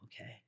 okay